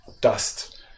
dust